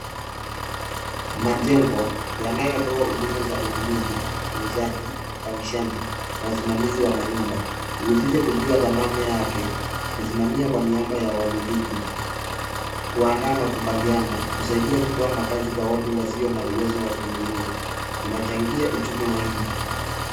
Majengo yanayotoa huduma za ununuzi, uuzaji, upangishaji na usimamizi wa manyumba huhusisha kujua dhamana yake, kusimamia kwa niaba ya wamiliki, kuandaa makubaliano, kusaidia kutoa makazi kwa watu wasiokuwa na uwezo wa kununua inachangia uchumi wa nchi.